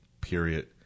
period